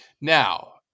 Now